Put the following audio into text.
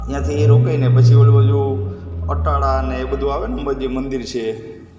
રોકાઇને પછી પેલી બાજુ અતાડાને એ બધું આવે ને અંબાજી મંદિર છે